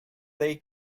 they